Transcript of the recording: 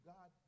God